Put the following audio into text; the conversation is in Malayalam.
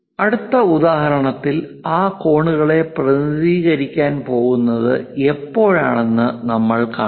അടുത്ത ഉദാഹരണത്തിൽ ആ കോണുകളെ പ്രതിനിധീകരിക്കാൻ പോകുന്നത് എപ്പോഴാണെന്ന് നമ്മൾ കാണും